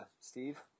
Steve